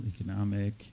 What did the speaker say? economic